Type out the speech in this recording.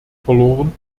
verloren